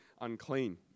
unclean